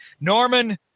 Norman